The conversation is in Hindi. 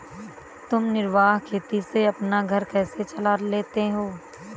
तुम निर्वाह खेती से अपना घर कैसे चला लेते हो?